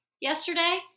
yesterday